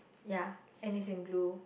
ya and it's in blue